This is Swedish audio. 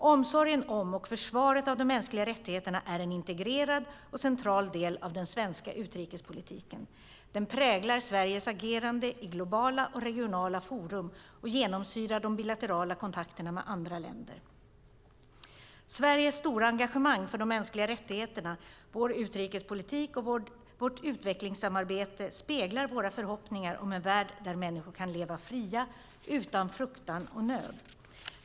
Omsorgen om och försvaret av de mänskliga rättigheterna är en integrerad och central del av den svenska utrikespolitiken. Den präglar Sveriges agerande i globala och regionala forum och genomsyrar de bilaterala kontakterna med andra länder. Sveriges stora engagemang för de mänskliga rättigheterna, vår utrikespolitik och vårt utvecklingssamarbete speglar våra förhoppningar om en värld där människor kan leva fria, utan fruktan och nöd.